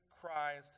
Christ